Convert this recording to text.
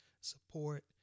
support